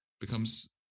Becomes